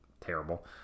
terrible